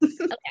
okay